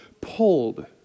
pulled